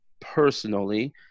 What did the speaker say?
personally